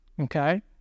okay